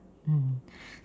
mm